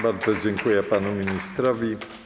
Bardzo dziękuję panu ministrowi.